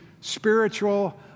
spiritual